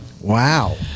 wow